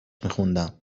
میخوندم